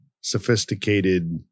sophisticated